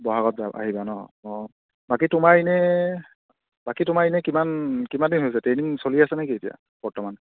ব'হাগত আহিবা ন অঁ বাকী তোমাৰ ইনে বাকী তোমাৰ ইনেই কিমান কিমান দিন হৈছে ট্ৰেইনিং চলি আছে নেকি এতিয়া বৰ্তমান